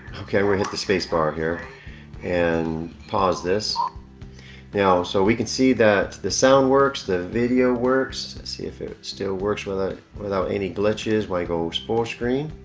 okay we're hit the spacebar here and pause this now so we can see that the sound works the video works see if it still works well without any glitches why go fullscreen